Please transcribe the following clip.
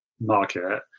market